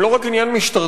הם לא רק עניין משטרתי.